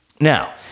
Now